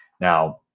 now